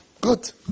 Good